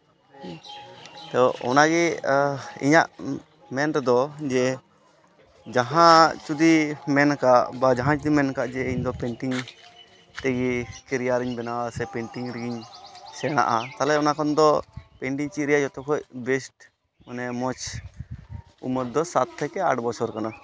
ᱛᱚ ᱚᱱᱟᱜᱮ ᱤᱧᱟᱹᱜ ᱢᱮᱱ ᱛᱮᱫᱚ ᱡᱮ ᱡᱟᱦᱟᱸ ᱡᱩᱫᱤ ᱢᱮᱱ ᱠᱟᱜ ᱵᱟ ᱡᱟᱦᱟᱸᱭ ᱡᱩᱫᱤ ᱢᱮᱱ ᱠᱟᱜ ᱡᱮ ᱤᱧᱫᱚ ᱯᱮᱱᱴᱤᱝ ᱛᱮᱜᱮ ᱠᱮᱨᱤᱭᱟᱨ ᱤᱧ ᱵᱮᱱᱟᱣᱟ ᱥᱮ ᱯᱮᱱᱴᱤᱝ ᱨᱮᱜᱤᱧ ᱥᱮᱲᱟᱜᱼᱟ ᱛᱟᱦᱞᱮ ᱚᱱᱟ ᱠᱷᱚᱱ ᱫᱚ ᱯᱮᱱᱴᱤᱝ ᱪᱮᱫ ᱨᱮᱭᱟᱜ ᱡᱚᱛᱚ ᱠᱷᱚᱡ ᱵᱮᱥᱴ ᱢᱟᱱᱮ ᱢᱚᱡᱽ ᱩᱢᱟᱹᱨ ᱫᱚ ᱥᱟᱛ ᱛᱷᱮᱠᱮ ᱟᱴ ᱵᱚᱪᱷᱚᱨ ᱠᱟᱱᱟ